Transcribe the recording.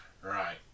Right